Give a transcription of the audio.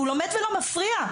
והוא לומד ולא מפריע.